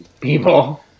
people